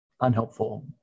unhelpful